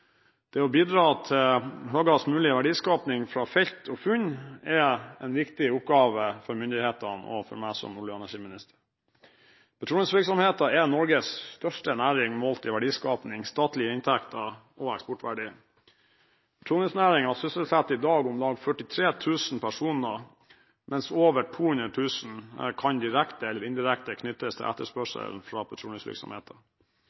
Det å bidra til høyest mulig verdiskaping fra felt og funn er en viktig oppgave for myndighetene og for meg som olje- og energiminister. Petroleumsvirksomheten er Norges største næring målt i verdiskaping, statlige inntekter og eksportverdien. Petroleumsnæringen sysselsetter i dag om lag 43 000 personer, mens over 200 000 direkte eller indirekte kan knyttes til